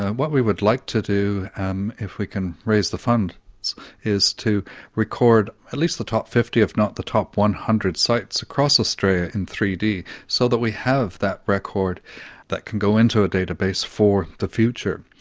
what we would like to do um if we can raise the funds is to record at least the top fifty if not the top one hundred sites across australia in three d so that we have that record that can go into a database for the future.